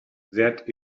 that